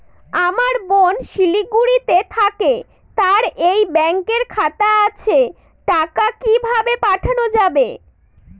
আমার বোন শিলিগুড়িতে থাকে তার এই ব্যঙকের খাতা আছে টাকা কি ভাবে পাঠানো যাবে?